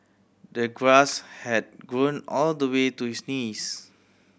the grass had grown all the way to his knees